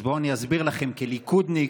אז בואו אני אסביר לכם, כליכודניק,